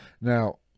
Now